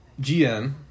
GM